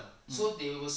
um